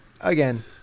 again